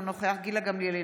אינו נוכח גילה גמליאל,